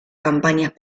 campañas